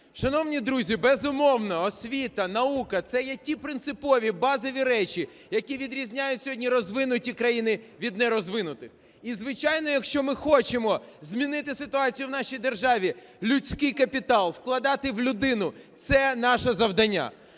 Шановні друзі, безумовно, освіта, наука – це є ті принципові базові речі, які відрізняють сьогодні розвинуті країни від нерозвинутих. І звичайно, якщо ми хочемо змінити ситуацію в нашій державі, людський капітал вкладати в людину – це наше завдання.